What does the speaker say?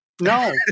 No